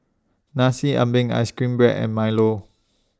Nasi Ambeng Ice Cream Bread and Milo